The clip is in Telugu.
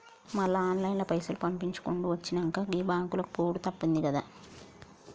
మళ్ల ఆన్లైన్ల పైసలు పంపిచ్చుకునుడు వచ్చినంక, గీ బాంకులకు పోవుడు తప్పిందిగదా